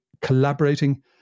collaborating